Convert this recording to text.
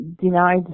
denied